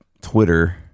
Twitter